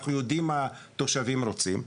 אנחנו יודעים מה התושבים רוצים.